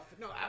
No